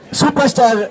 superstar